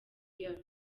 year